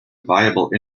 viable